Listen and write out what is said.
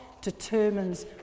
determines